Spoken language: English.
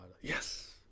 Yes